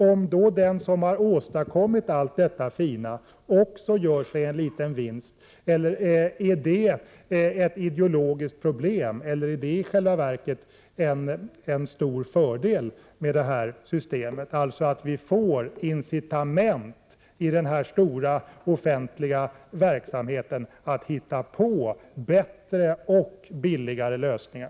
Om den som har åstadkommit allt detta fina också gör sig en liten vinst, är det ett ideologiskt problem? Eller är det i själva verket en stor fördel med detta system, att vi i den stora offentliga verksamheten får incitament att hitta på bättre och billigare lösningar?